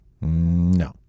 No